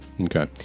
Okay